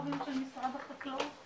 וגם עכשיו מזכ"ל התאחדות חקלאי ישראל.